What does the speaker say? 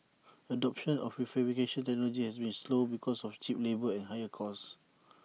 adoption of prefabrication technology has been slow because of cheap labour and higher cost